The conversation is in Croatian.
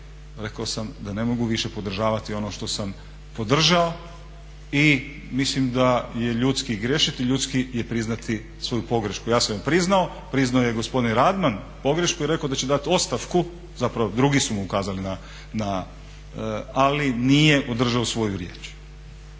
rekao sam da ne mogu više podržavati ono što sam podržao. I mislim da je ljudski griješiti, ljudski je priznati svoju pogrešku. Ja sam je priznao, priznao je i gospodin Radman pogrešku i rekao je da će dati ostavku. Zapravo drugi su mu ukazali, ali nije održao svoju riječ.